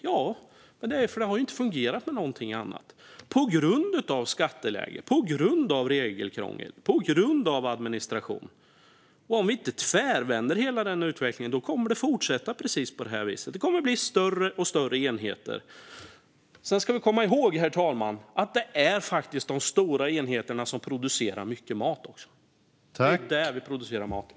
Ja, men det är ju för att det inte fungerat med någonting annat på grund av skatteläget, på grund av regelkrångel och på grund av administration. Om vi inte tvärvänder hela den utvecklingen kommer det att fortsätta på precis det här viset. Det kommer att bli större och större enheter. Sedan ska vi komma ihåg, herr talman, att de stora enheterna också producerar mycket mat. Det är där vi producerar maten.